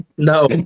No